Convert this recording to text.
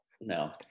No